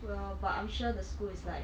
well but I'm sure the school is like